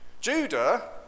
Judah